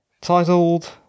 Titled